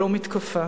ולא מתקפה.